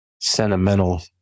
sentimental